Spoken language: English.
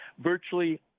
virtually